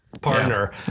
partner